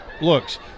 looks